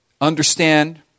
understand